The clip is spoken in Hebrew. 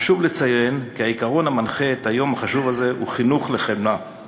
חשוב לציין כי העיקרון המנחה את היום החשוב הזה הוא חינוך לחמלה,